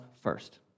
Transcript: first